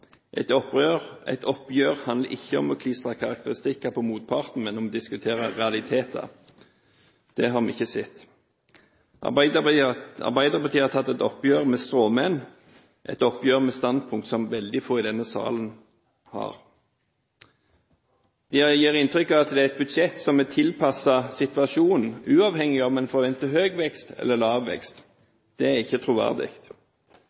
Et oppgjør handler ikke om å klistre karakteristikker på motparten, men om å diskutere realiteter. Det har vi ikke sett. Arbeiderpartiet har tatt et oppgjør med stråmenn – et oppgjør med standpunkt som veldig få i denne salen har. De gir inntrykk av at det er et budsjett som er tilpasset situasjonen, uavhengig av om man venter høy vekst eller lav vekst. Det er ikke troverdig,